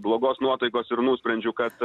blogos nuotaikos ir nusprendžiu kad